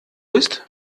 ist